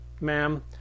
Ma'am